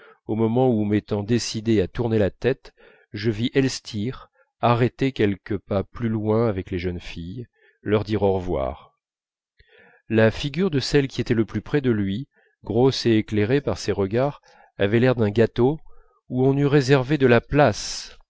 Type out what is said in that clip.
au moment où m'étant décidé à tourner la tête je vis elstir arrêté quelques pas plus loin avec les jeunes filles leur dire au revoir la figure de celle qui était le plus près de lui grosse et éclairée par ses regards avait l'air d'un gâteau où on eût réservé de la place